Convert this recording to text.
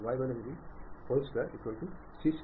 ഇതിനെ കാന്ഡിഡന്സ് എന്നു പറയും